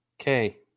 Okay